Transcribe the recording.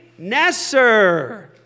Nesser